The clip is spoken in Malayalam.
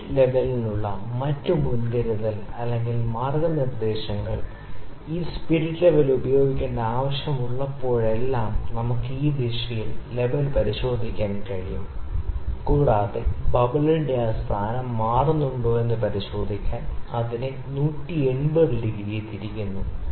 സ്പിരിറ്റ് ലെവലിനുള്ള മറ്റ് മുൻകരുതലുകൾ അല്ലെങ്കിൽ മാർഗ്ഗനിർദ്ദേശങ്ങൾ ഈ സ്പിരിറ്റ് ലെവൽ ഉപയോഗിക്കേണ്ട ആവശ്യമുള്ളപ്പോഴെല്ലാം നമുക്ക് ഈ ദിശയിലുള്ള ലെവൽ പരിശോധിക്കാൻ കഴിയും കൂടാതെ ബബിളിന്റെ ആ സ്ഥാനം മാറുന്നുണ്ടോയെന്ന് പരിശോധിക്കാൻ നമ്മൾ അതിനെ 180 ഡിഗ്രി തിരിക്കുന്നു